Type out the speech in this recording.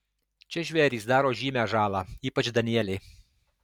čia žvėrys daro žymią žalą ypač danieliai